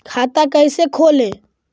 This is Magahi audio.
खाता कैसे खोले?